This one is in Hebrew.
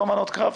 לא מנות קרב.